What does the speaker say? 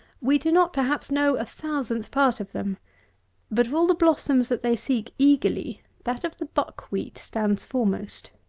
we do not, perhaps, know a thousandth part of them but of all the blossoms that they seek eagerly that of the buck-wheat stands foremost.